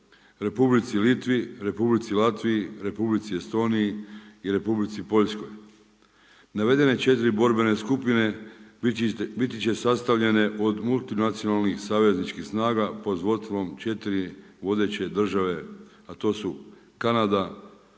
Republici Litvi, Republici Latviji, Republici Estoniji i Republici Poljskoj. Navedene četiri borbene skupine biti će sastavljene od multinacionalnih savezničkih snaga pod vodstvom četiri vodeće države, a to su Kanada,